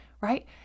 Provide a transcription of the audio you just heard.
right